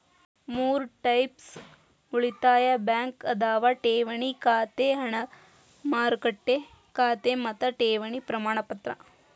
ಮೂರ್ ಟೈಪ್ಸ್ ಉಳಿತಾಯ ಬ್ಯಾಂಕ್ ಅದಾವ ಠೇವಣಿ ಖಾತೆ ಹಣ ಮಾರುಕಟ್ಟೆ ಖಾತೆ ಮತ್ತ ಠೇವಣಿ ಪ್ರಮಾಣಪತ್ರ